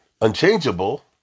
unchangeable